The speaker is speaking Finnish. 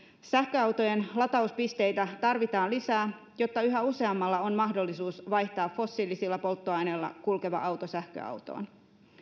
sähköautojen latauspisteitä tarvitaan lisää jotta yhä useammalla on mahdollisuus vaihtaa fossiilisilla polttoaineilla kulkeva auto sähköautoon